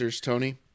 Tony